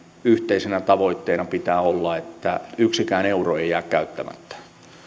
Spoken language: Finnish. yhteisenä tavoitteena pitää olla että yksikään euro ei ei jää käyttämättä